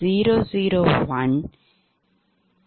எனவே அடுத்ததாக அந்த கணக்கின் தீர்வைக் காணலாம்